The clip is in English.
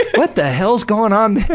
what the hell's going on